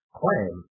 claim